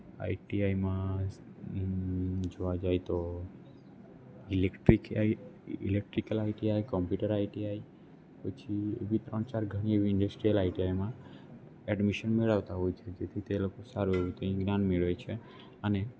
આઇટીઆઇમાં જોવા જઈએ તો electric electrical ITI computer ITI પછી એવી ત્રણ ચાર ઘણી એવી ઇન્ડસ્ટ્રિયલ આઇટીઆઇમાં એડમિશન મેળવતા હોય છે જેથી તે લોકો સારું એવું ત્યાં જ્ઞાન મેળવે છે અને